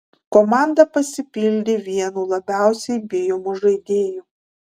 komanda pasipildė vienu labiausiai bijomų žaidėjų